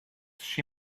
she